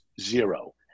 zero